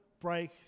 break